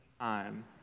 time